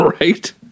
Right